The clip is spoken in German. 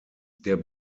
der